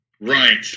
Right